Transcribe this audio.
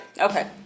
okay